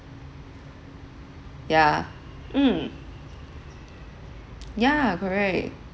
yeah mm yeah correct